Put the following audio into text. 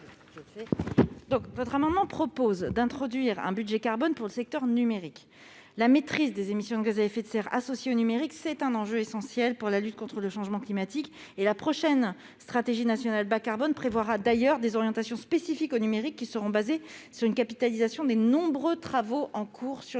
Cet amendement vise à introduire un budget carbone pour le secteur numérique. La maîtrise des émissions de gaz à effet de serre associées au numérique est un enjeu essentiel dans la lutte contre le changement climatique. La prochaine stratégie nationale bas-carbone prévoira d'ailleurs des orientations spécifiques au numérique, fondées sur une capitalisation des nombreux travaux en cours sur